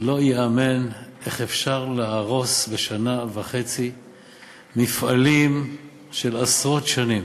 לא ייאמן איך אפשר להרוס בשנה וחצי מפעלים של עשרות שנים.